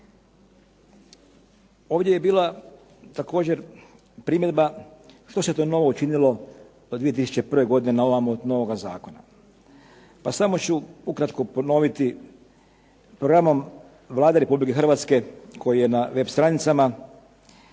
Ovdje je bila također primjedba što se to novo učinilo od 2001. godine naovamo novoga zakona. Pa samo ću ukratko ponoviti. Programom Vlade Republike Hrvatske, koji je na web stranicama,